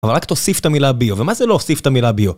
אבל רק תוסיף את המילה ביו, ומה זה לא אוסיף את המילה ביו?